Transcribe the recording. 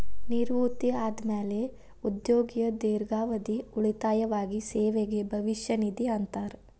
ನಿವೃತ್ತಿ ಆದ್ಮ್ಯಾಲೆ ಉದ್ಯೋಗಿಯ ದೇರ್ಘಾವಧಿ ಉಳಿತಾಯವಾಗಿ ಸೇವೆಗೆ ಭವಿಷ್ಯ ನಿಧಿ ಅಂತಾರ